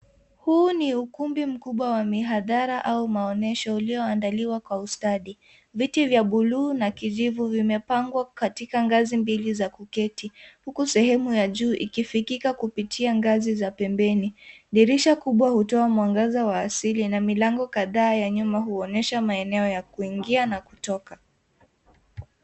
Huu ni ukumbi mkubwa wa mihadhara au maonyesho ulioandaliwa kwa ustadi. Viti vya buluu na kijivu vimepangwa katika ngazi mbili za kuketi, huku sehemu ya juu ikifikika kupitia ngazi za pembeni. Dirisha kubwa hutoa mwangaza wa asili na milango kadhaa ya nyuma huonyesha maeneo ya kuingia na kutoka.